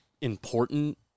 important